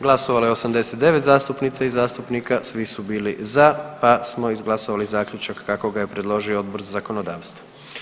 Glasovalo je 89 zastupnica i zastupnika, svi su bili za pa smo izglasovali zaključak kako ga je predložio Odbor za zakonodavstvo.